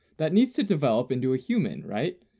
that needs to develop into a human, right?